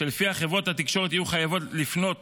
שלפיו חברות התקשורת יהיו חייבות לפנות